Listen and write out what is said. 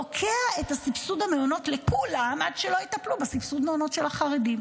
הוא תוקע את סבסוד המלונות לכולם עד שלא יטפלו בסבסוד מעונות של החרדים.